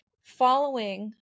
following